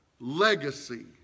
Legacy